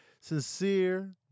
Sincere